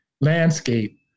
landscape